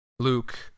Luke